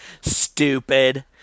Stupid